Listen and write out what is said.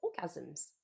orgasms